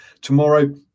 Tomorrow